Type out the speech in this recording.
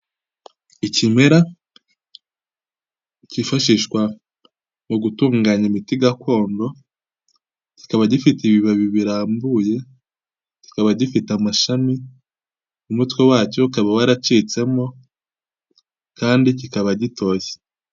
Ikimera cyifashishwa mu gutunganya imiti gakondo, kikaba gifite ibibabi birambuye, kikaba gifite amashami umutwe wacyo ukaba waracitsemo kandi kikaba gitoshye.